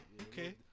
Okay